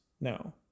No